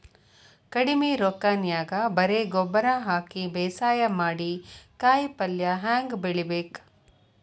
ಕಡಿಮಿ ರೊಕ್ಕನ್ಯಾಗ ಬರೇ ಗೊಬ್ಬರ ಹಾಕಿ ಬೇಸಾಯ ಮಾಡಿ, ಕಾಯಿಪಲ್ಯ ಹ್ಯಾಂಗ್ ಬೆಳಿಬೇಕ್?